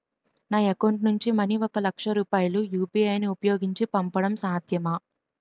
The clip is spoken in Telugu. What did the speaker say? నా అకౌంట్ నుంచి మనీ ఒక లక్ష రూపాయలు యు.పి.ఐ ను ఉపయోగించి పంపడం సాధ్యమా?